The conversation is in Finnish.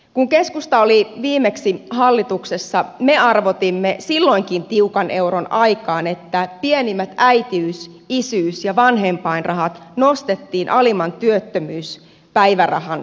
kun keskusta oli viimeksi hallituksessa me arvotimme niin silloinkin oli tiukan euron aika että pienimmät äitiys isyys ja vanhempainrahat nostettiin alimman työttömyyspäivärahan tasolle